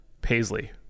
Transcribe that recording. paisley